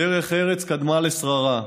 דרך ארץ קדמה לשררה,